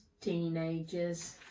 teenagers